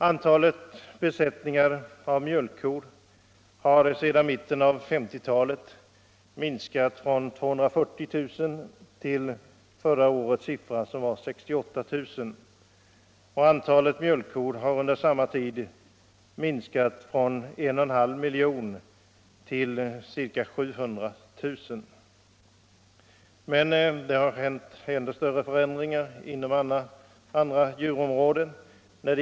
Antalet besättningar av mjölkkor har sedan mitten av 1950-talet minskat från 240 000 till 68 000 år 1974. Antalet mjölkkor har under samma tid minskat från 1,5 miljoner till 700 000. Men det har hänt ändå större förändringar inom andra djurområden.